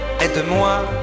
Aide-moi